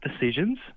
decisions